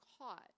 caught